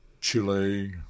Chile